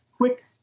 quick